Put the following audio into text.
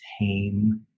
tame